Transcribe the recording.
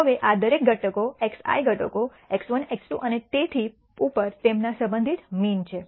હવે આ દરેક XI ઘટકો x1 x2 અને તેથી પર તેમના સંબંધિત મીન છે